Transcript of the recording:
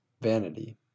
vanity